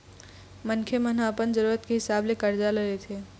मनखे मन ह अपन जरुरत के हिसाब ले करजा ल लेथे